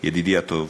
ידידי הטוב,